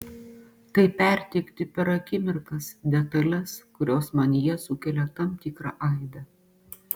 tai perteikti per akimirkas detales kurios manyje sukelia tam tikrą aidą